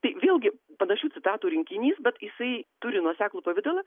tai vėlgi panašių citatų rinkinys bet jisai turi nuoseklų pavidalą